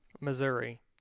Missouri